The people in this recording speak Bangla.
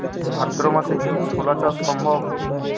ভাদ্র মাসে কি ছোলা চাষ সম্ভব?